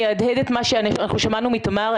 אני אהדהד את מה ששמענו מתמר,